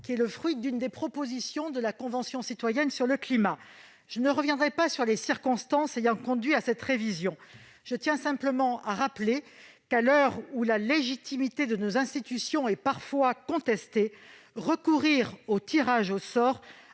fruit d'une proposition de la Convention citoyenne sur le climat. Je ne reviendrai pas sur les circonstances ayant conduit à cette proposition de révision. Je tiens simplement à rappeler que, à l'heure où la légitimité de nos institutions est parfois contestée, recourir au tirage au sort